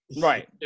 Right